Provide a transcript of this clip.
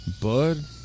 Bud